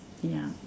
ya